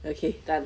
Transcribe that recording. okay done